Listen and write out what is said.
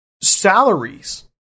salaries